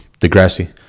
degrassi